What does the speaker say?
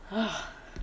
ugh